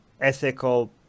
ethical